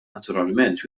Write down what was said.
naturalment